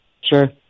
Sure